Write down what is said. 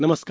नमस्कार